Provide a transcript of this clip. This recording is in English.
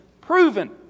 proven